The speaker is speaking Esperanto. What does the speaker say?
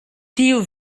tiu